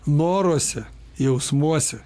noruose jausmuose